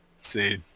see